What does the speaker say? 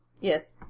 Yes